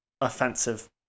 offensive